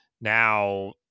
now